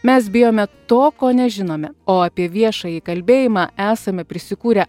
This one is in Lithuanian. mes bijome to ko nežinome o apie viešąjį kalbėjimą esame prisikūrę